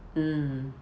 mm